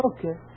Okay